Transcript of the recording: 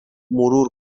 مرور